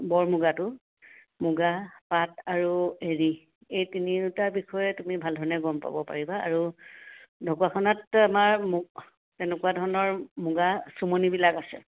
বৰ মুগাটো মুগা পাট আৰু হেৰি এই তিনিওটা বিষয়ে তুমি ভালধৰণে গম পাব পাৰিবা আৰু ঢকুৱাখানাত আমাৰ মুগ তেনেকুৱা ধৰণৰ মুগা চোমনিবিলাক আছে